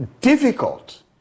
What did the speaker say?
difficult